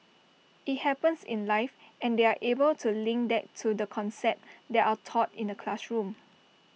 IT happens in life and they are able to link that to the concepts that are taught in the classroom